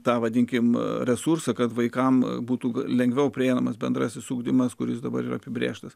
tą vadinkime resursą kad vaikams būtų lengviau prieinamas bendrasis ugdymas kuris dabar yra apibrėžtas